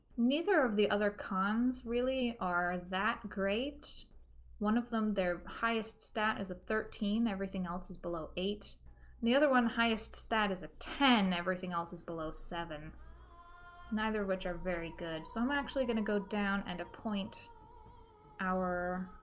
neither of the other cons really are that great one of them their highest stat is a thirteen everything else is below eight the other one highest stat is a ten everything else is below seven neither which are very good so i'm actually gonna go down and appoint our